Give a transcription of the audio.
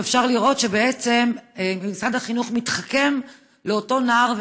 אפשר לראות שבעצם משרד החינוך מתחכם לאותם נער,